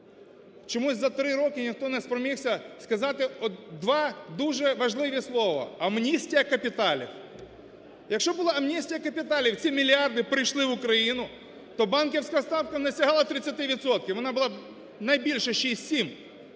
Чомусь за три роки ніхто не спромігся сказати два дуже важливі слова "амністія капіталів". Якщо була б амністія капіталів, ці мільярди прийшли в Україну, то банківська ставка не сягала б 30 відсотків, вона була б найбільше 6-7.